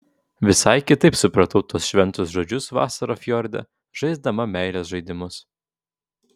visai kitaip supratau tuos šventus žodžius vasarą fjorde žaisdama meilės žaidimus